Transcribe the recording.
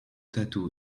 tattoo